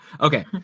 Okay